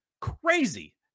crazy